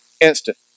Instant